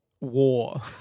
war